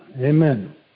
Amen